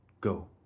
Go